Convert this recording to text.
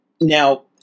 Now